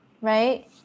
right